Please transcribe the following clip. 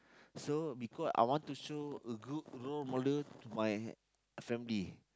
so because I want to show a good role model to my family